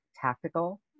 tactical